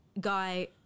guy